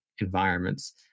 environments